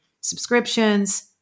subscriptions